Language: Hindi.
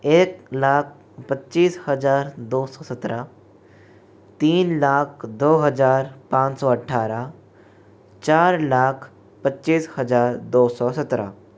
एक लाख पच्चीस हज़ार दो सौ सत्रह तीन लाख दो हजार पाँच सौ अठारह चार लाख पच्चीस हज़ार दो सौ सत्रह